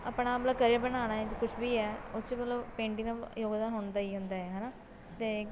ਆਪਣਾ ਮਤਲਬ ਕਰੀਅਰ ਬਣਾਉਣਾ ਹੈ ਜੋ ਕੁਛ ਵੀ ਹੈ ਉਹ 'ਚ ਮਤਲਬ ਪੇਂਟਿੰਗ ਦਾ ਯੋਗਦਾਨ ਹੁੰਦਾ ਹੀ ਹੁੰਦਾ ਹੈ ਹੈ ਨਾ ਅਤੇ